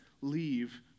leave